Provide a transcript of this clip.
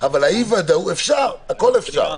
הכול אפשר,